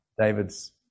David's